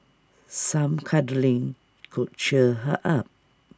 some cuddling could cheer her up